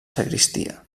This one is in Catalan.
sagristia